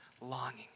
longing